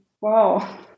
Wow